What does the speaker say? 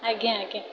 ଆଜ୍ଞା ଆଜ୍ଞା